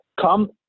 come